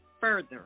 further